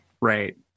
Right